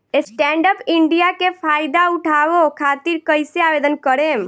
Stand up India के फाइदा उठाओ खातिर कईसे आवेदन करेम?